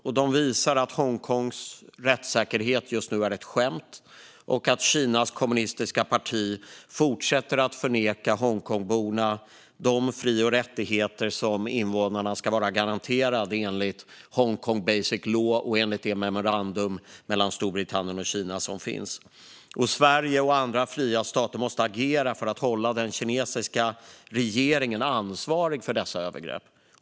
De visar också att Hongkongs rättssäkerhet just nu är ett skämt och att Kinas kommunistiska parti fortsätter att neka Hongkongborna de fri och rättigheter som invånarna ska vara garanterade enligt Hongkong Basic Law och enligt det memorandum som finns mellan Storbritannien och Kina. Sverige och andra fria stater måste agera för att hålla den kinesiska regeringen ansvarig för dessa övergrepp.